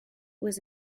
was